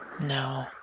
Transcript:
No